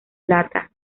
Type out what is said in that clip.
plata